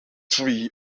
three